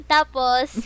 Tapos